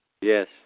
yes